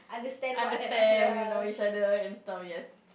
understand you know each other and stuff yes